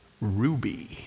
ruby